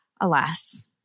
Alas